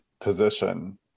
position